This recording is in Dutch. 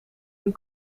hun